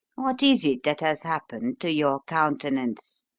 what is it that has happened to your countenance?